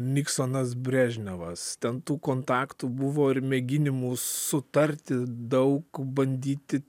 niksonas brežnevas ten tų kontaktų buvo ir mėginimų sutarti daug bandyti